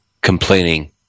complaining